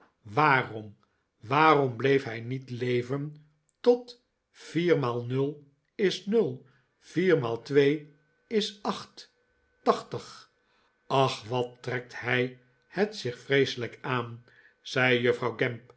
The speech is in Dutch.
waarom waarom bleef hij niet leven tot viermaal nul is nul viermaal twee is acht tachtig ach wat trekt hij het zich vreeselijk aan zei juffrouw